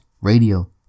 radio